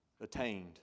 attained